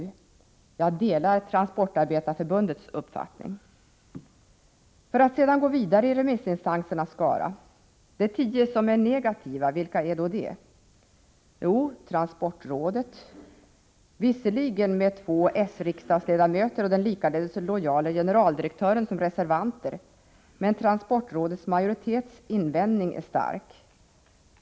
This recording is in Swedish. På den punkten delar jag Transportarbetareförbundets uppfattning. För att sedan gå vidare i remissinstansernas skara, vilka är de tio som är negativa? Jo, bl.a. transportrådet. Visserligen har två s-riksdagsledamöter och den likaledes lojale generaldirektören reserverat sig, men invändningen från transportrådets majoritet är stark.